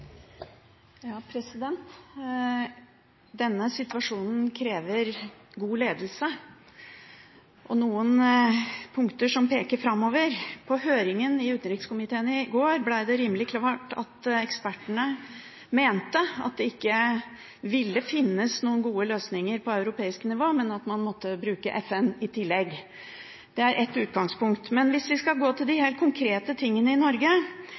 Denne situasjonen krever god ledelse og noen punkter som peker framover. På høringen i utenrikskomiteen i går ble det rimelig klart at ekspertene mente at det ikke ville finnes noen gode løsninger på europeisk nivå, men at man måtte bruke FN i tillegg. Det er ett utgangspunkt. Men hvis vi skal gå til de helt konkrete tingene i Norge,